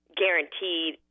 guaranteed